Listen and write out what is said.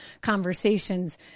conversations